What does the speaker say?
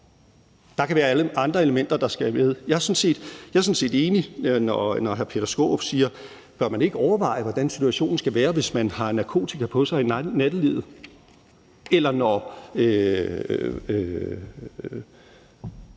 Der kan være andre elementer, der skal med. Jeg er sådan set enig, når hr. Peter Skaarup siger: Bør man ikke overveje, hvordan situationen skal være, hvis man har narkotika på sig i nattelivet? Eller når